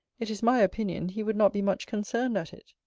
it is my opinion, he would not be much concerned at it.